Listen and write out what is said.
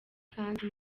kandi